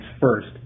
first